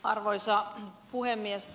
arvoisa puhemies